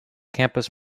campus